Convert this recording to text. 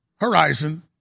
Horizon